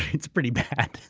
it's pretty bad.